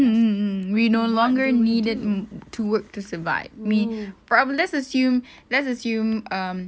mm mm mm we no longer needed mm to work to survive me or just assume let's assume um